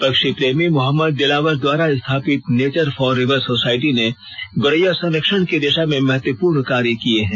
पक्षी प्रेमी मोहम्मद दिलावर द्वारा स्थापित नेचर फॉरएवर सोसाइटी ने गोरैया संरक्षण की दिशा में महत्वपूर्ण कार्य किए हैं